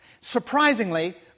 Surprisingly